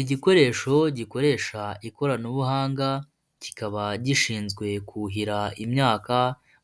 Igikoresho gikoresha ikoranabuhanga, kikaba gishinzwe kuhira imyaka,